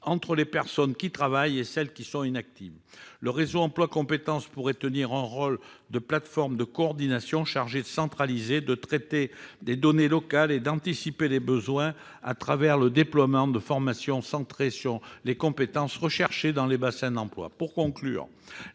entre les personnes qui travaillent et celles qui restent inactives. Le réseau emplois compétences pourrait tenir le rôle de plateforme de coordination, chargée de centraliser, de traiter les données locales et d'anticiper les besoins par le déploiement de formations centrées sur les compétences recherchées dans les bassins d'emploi. Pour conclure,